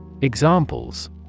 Examples